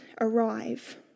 arrive